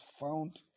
found